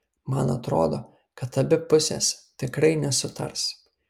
man atrodo kad abi pusės tikrai nesutars